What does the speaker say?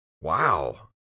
Wow